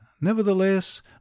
Nevertheless